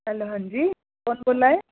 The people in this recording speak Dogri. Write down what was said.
हैलो हांजी कु'न बोल्ला दे